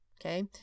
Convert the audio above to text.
okay